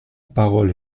parole